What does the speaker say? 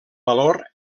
valor